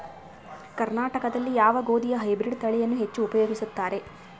ಕರ್ನಾಟಕದಲ್ಲಿ ಯಾವ ಗೋಧಿಯ ಹೈಬ್ರಿಡ್ ತಳಿಯನ್ನು ಹೆಚ್ಚು ಉಪಯೋಗಿಸುತ್ತಾರೆ?